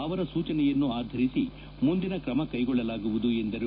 ಅವರ ಸೂಚನೆಯನ್ನು ಆಧರಿಸಿ ಮುಂದಿನ ಕ್ರಮಕೈಗೊಳ್ಳಲಾಗುವುದು ಎಂದರು